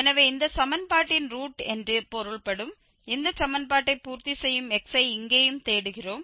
எனவே இந்த சமன்பாட்டின் ரூட் என்று பொருள்படும் இந்த சமன்பாட்டை பூர்த்தி செய்யும் x ஐ இங்கேயும் தேடுகிறோம்